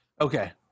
Okay